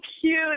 cute